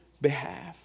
behalf